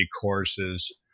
courses